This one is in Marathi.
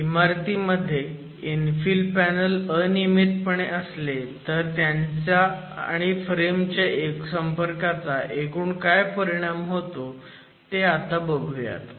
इमारतीमध्ये इन्फिल पॅनल अनियमितपणे असले तर त्यांचा आणि फ्रेम च्या संपर्काचा एकूण काय परिणाम होतो ते आता बघुयात